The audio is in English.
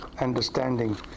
understanding